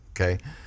okay